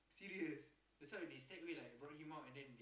serious that's why when he stack away like brought him out and then